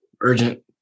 urgent